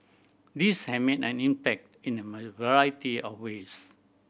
these have made an impact in a variety of ways